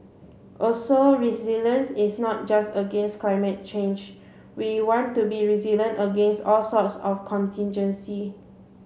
also resilience is not just against climate change we want to be resilient against all sorts of contingency